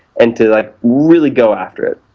and to really go after it,